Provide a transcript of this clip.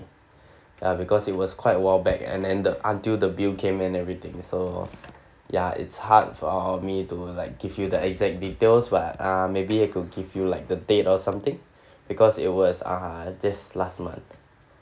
ya because it was quite a while back and then the until the bill came and everything so ya it's hard for me to like give you the exact details but uh maybe I could give you like the date or something because it was uh just last month